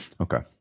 Okay